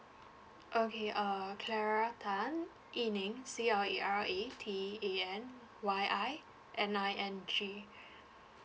okay err clara tan yi ning C L A R A T A N Y I N I N G